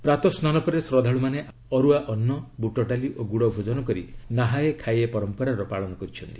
ପ୍ରାତଃ ସ୍ନାନ ପରେ ଶ୍ରଦ୍ଧାଳୁମାନେ ଅରୁଆ ଅନ୍ନ ବୁଟଡାଲି ଓ ଗୁଡ଼ ଭୋଜନ କରି 'ନାହାୟେ ଖାୟେ' ପରମ୍ପରାର ପାଳନ କରିଛନ୍ତି